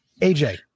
AJ